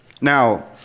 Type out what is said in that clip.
Now